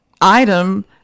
item